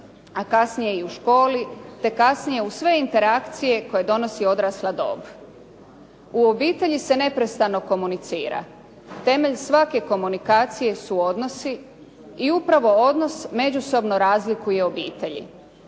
a kasnije i u školu te kasnije u sve interakcije koje donosi odrasla dob. U obitelji se neprestano komunicira. Temelj svake komunikacije su odnosi i upravo odnos međusobno razlikuje obitelji.